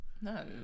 No